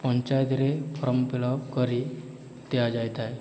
ପଞ୍ଚାୟତରେ form fill up କରି ଦିଆଯାଇଥାଏ